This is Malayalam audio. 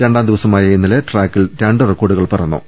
രണ്ടാം ദിവസമായ ഇന്നലെ ട്രാക്കിൽ രണ്ട് റെക്കോർഡുകൾ പിറന്നു